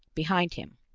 behind him.